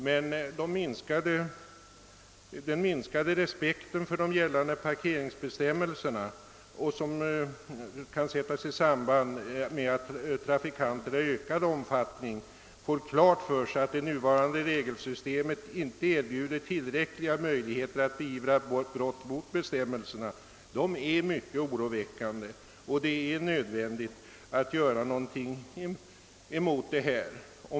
Men den minskade respekten för de gällande parkeringsbestämmelserna, som kan sättas i samband med att trafikanterna i ökad omfattning får klart för sig att det nuvarande regelsystemet inte erbjuder tillräckliga möjligheter att beivra brott mot bestämmelserna, är mycket oroande. Det är nödvändigt att göra något åt detta.